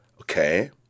okay